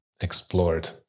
explored